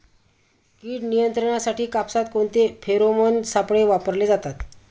कीड नियंत्रणासाठी कापसात कोणते फेरोमोन सापळे वापरले जातात?